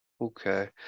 Okay